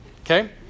Okay